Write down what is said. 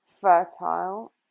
fertile